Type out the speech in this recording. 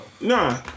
No